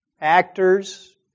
actors